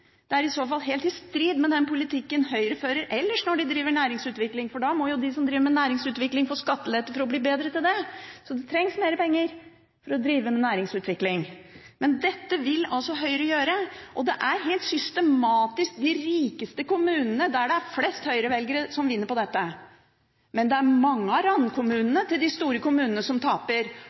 Det er i så fall helt i strid med den politikken Høyre fører ellers når de driver næringsutvikling, for da må jo de som driver med næringsutvikling, få skattelette for å bli bedre til det. Så det trengs mer penger for å drive med næringsutvikling. Men dette vil Høyre gjøre, og det er helt systematisk de rikeste kommunene der det er flest høyrevelgere, som vinner på dette. Men det er mange av randkommunene til de store kommunene som taper,